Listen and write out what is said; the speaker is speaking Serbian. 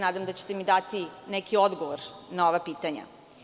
Nadam se da ćete mi dati neki odgovor na ova pitanja.